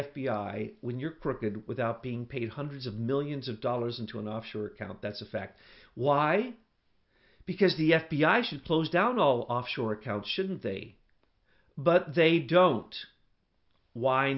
i when you're prepared without being paid hundreds of millions of dollars into an offshore account that's a fact why because the f b i should close down all offshore accounts shouldn't they but they don't why